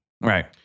Right